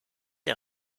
der